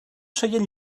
seient